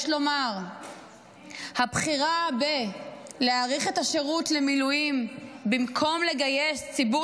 יש לומר שהבחירה בלהאריך את השירות במילואים במקום לגייס ציבור